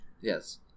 yes